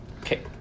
Okay